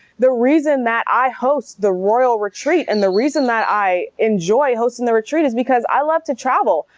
the reason that i host the royal retreat and the reason that i enjoy hosting the retreat is because i love to travel.